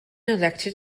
elected